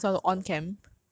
no lah of course not lah